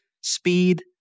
speed